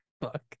Fuck